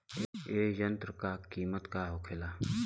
ए यंत्र का कीमत का होखेला?